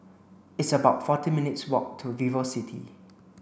it's about forty minutes' walk to VivoCity